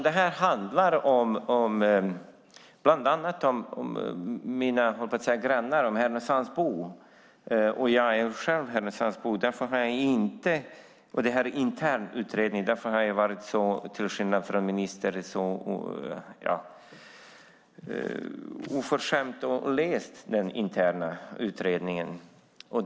Det här handlar bland annat om mina grannar, Härnösandsborna - och jag är själv Härnösandsbo. Det här är en intern utredning, och till skillnad från ministern har jag varit oförskämd nog att läsa den.